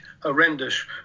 horrendous